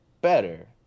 better